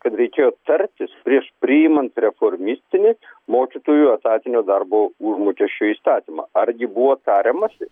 kad reikėjo tartis prieš priimant reformistinį mokytojų etatinio darbo užmokesčio įstatymą argi buvo tariamasi